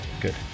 Good